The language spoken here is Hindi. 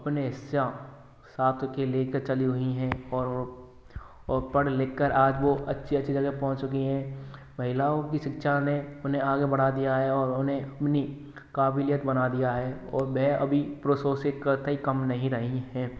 अपने सा साथ लेकर चली हुई है और पढ़ लिखकर आज वह अच्छी अच्छी जगह पहुँच चुकी हैं महिलाओं की शिक्षा ने उन्हें आगे बढ़ा दिया है और उन्हें अपनी काबिलियत बना दिया है और वह अभी पुरुषों से करने में कम नहीं रही है